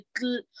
little